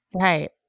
Right